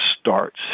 starts